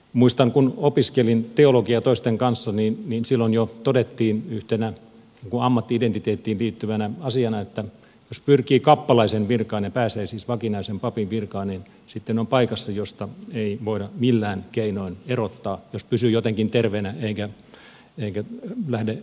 muistan kun opiskelin teologiaa toisten kanssa niin silloin jo todettiin yhtenä ammatti identiteettiin liittyvänä asiana että jos pyrkii kappalaisen virkaan ja pääsee siis vakinaisen papin virkaan niin sitten on paikassa josta ei voida millään keinoin erottaa jos pysyy jotenkin terveenä eikä lähde rötöstelemään